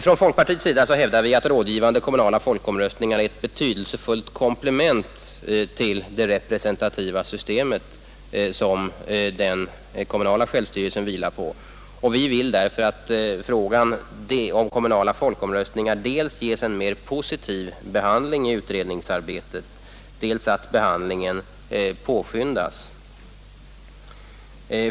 Från folkpartiets sida hävdar vi att rådgivande kommunala folkomröstningar är ett betydelsefullt komplement till det representativa system, som den kommunala självstyrelsen vilar på, och vi vill därför att frågan om kommunala folkomröstningar dels ges en mera positiv behandling i utredningsarbetet, dels att behandlingen påskyndas.